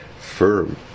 firm